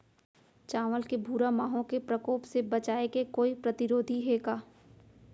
चांवल के भूरा माहो के प्रकोप से बचाये के कोई प्रतिरोधी हे का?